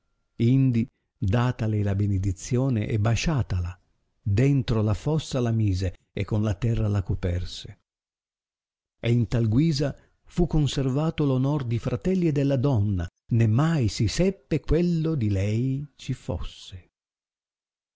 indi datale la benedizione e basciatala dentro la fossa la mise e con la terra la coperse e in tal guisa fu conservato l'onor di fratelli e della donna né mai si seppe quello di lei ci fosse